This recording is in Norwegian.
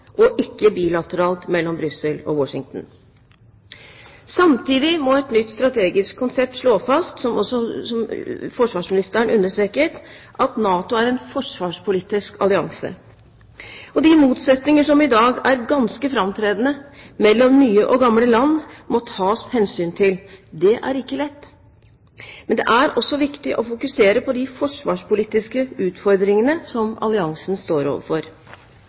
og ikke bilateralt mellom Brussel og Washington. Samtidig må, som også forsvarsministeren understreket, et nytt strategisk konsept slå fast at NATO er en forsvarspolitisk allianse. De motsetninger som i dag er ganske framtredende, mellom nye og gamle land, må tas hensyn til. Det er ikke lett, men det er også viktig å fokusere på de forsvarspolitiske utfordringene som alliansen står overfor.